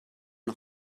nur